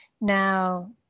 Now